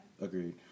Agreed